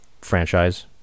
franchise